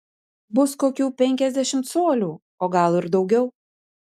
bus kokių penkiasdešimt colių o gal ir daugiau